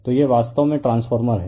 तो यह वास्तव में ट्रांसफार्मर है